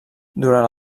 durant